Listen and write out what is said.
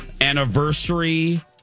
anniversary